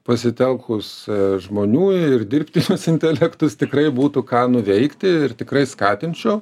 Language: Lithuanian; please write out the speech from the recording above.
pasitelkus žmonių ir dirbtinius intelektus tikrai būtų ką nuveikti ir tikrai skatinčiau